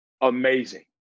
amazing